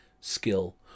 skill